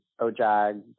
Ojag